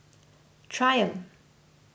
Triumph